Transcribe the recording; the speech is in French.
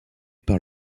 par